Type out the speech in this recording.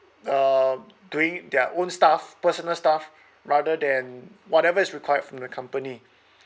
um doing their own stuff personal stuff rather than whatever is required from the company